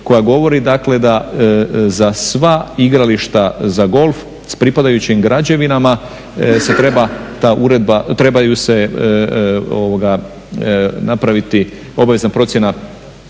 koja govori dakle da za sva igrališta za golf s pripadajućim građevinama se treba ta uredba, trebaju se napraviti obavezna procjena